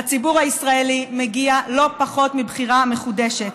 לציבור הישראלי מגיע לא פחות מבחירה מחודשת.